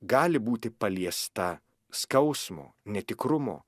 gali būti paliesta skausmo netikrumo